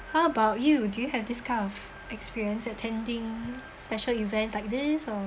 how about you do you have this kind of experience attending special events like this or